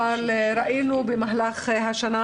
אבל ראינו במהלך השנה,